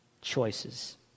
choices